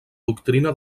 doctrina